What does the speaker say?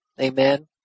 Amen